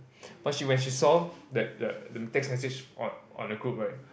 but she when she saw the the text message on on the group right